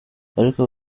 ariko